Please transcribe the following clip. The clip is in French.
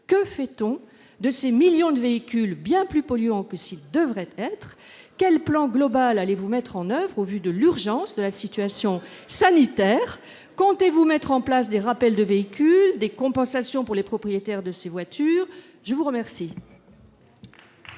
Que fait-on de ces millions de véhicules bien trop polluants ? Quel plan global allez-vous mettre en oeuvre, au vu de l'urgence de la situation sanitaire ? Comptez-vous mettre en place des rappels de véhicules ou des compensations pour les propriétaires de ces voitures ? La parole